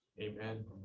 Amen